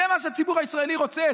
זה מה שהציבור הישראלי רוצה,